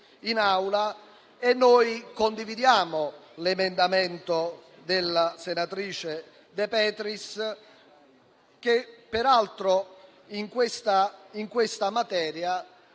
in Aula. Noi condividiamo l'emendamento della senatrice De Petris, che peraltro, in questa materia,